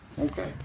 okay